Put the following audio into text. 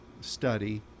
study